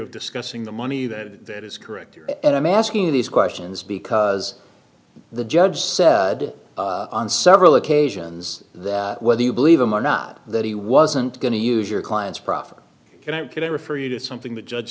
of discussing the money that is correct and i'm asking these questions because the judge said on several occasions that whether you believe him or not that he wasn't going to use your client's proffer can i can refer you to something the judge